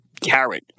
carrot